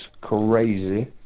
crazy